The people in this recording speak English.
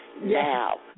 now